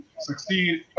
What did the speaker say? succeed